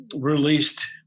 released